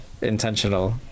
intentional